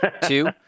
Two